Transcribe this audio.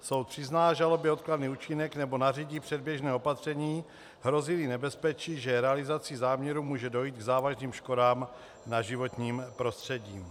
Soud přizná žalobě odkladný účinek nebo nařídí předběžné opatření, hrozíli nebezpečí, že realizací záměru může dojít k závažným škodám na životním prostředí.